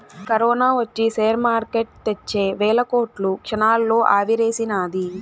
corona ఒచ్చి share market తెచ్చే వేల కోట్లు క్షణాల్లో ఆవిరిసేసినాది